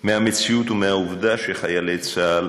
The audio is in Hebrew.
מהמציאות ומהעובדה שחיילי צה"ל